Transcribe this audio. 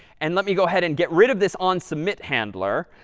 and let me go ahead and get rid of this onsubmit handler.